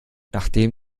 nachdem